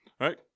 right